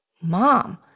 mom